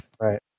Right